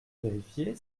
vérifié